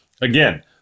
again